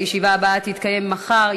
הישיבה הבאה תתקיים מחר,